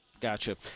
Gotcha